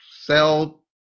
sell